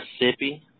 Mississippi